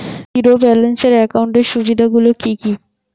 Zero balance একাউন্টের সুবিধা গুলি কি কি?